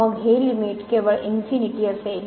मग हे लिमिट केवळ इन्फिनीटी असेल